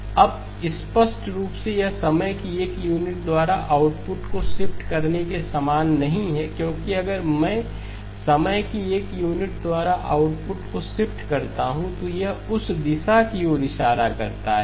अब स्पष्ट रूप से यह समय की एक यूनिट द्वारा आउटपुट को शिफ्ट करने के समान नहीं है क्योंकि अगर मैं समय की एक यूनिट द्वारा आउटपुट को शिफ्ट करता हूं तो यह उस दिशा की ओर इशारा करता है